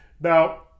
Now